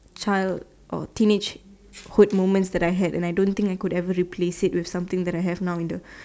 child or teenage hood moment that I had and I don't think I could ever replace it with something that I have now in the